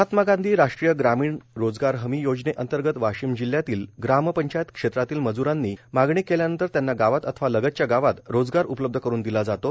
महात्मा गांधी राष्ट्रीय ग्रामीण रोजगार हमी योजनेंतर्गत वाशिम जिल्ह्यातील ग्रामपंचायत क्षेत्रातील मजुरांनी मागणी केल्यानंतर त्यांना गावात अथवा लगतच्या गावात रोजगार उपलब्ध करून दिला जातो